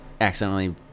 accidentally